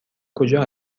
کجا